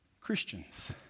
Christians